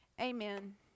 amen